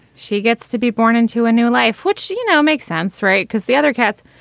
she gets to be born into a new life, which she now makes sense, right? because the other cats,